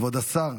כבוד השר,